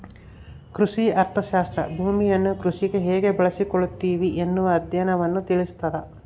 ಕೃಷಿ ಅರ್ಥಶಾಸ್ತ್ರ ಭೂಮಿಯನ್ನು ಕೃಷಿಗೆ ಹೇಗೆ ಬಳಸಿಕೊಳ್ಳುತ್ತಿವಿ ಎನ್ನುವ ಅಧ್ಯಯನವನ್ನು ತಿಳಿಸ್ತಾದ